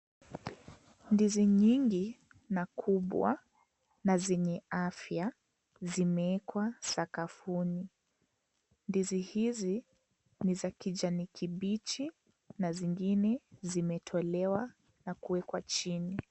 Ndizi nyingi na kubwa na zenye afya zimeekwa sakafuni. Ndizi hizi ni za kijani kibichi na zingine zimetolewa na kuwekwa chini.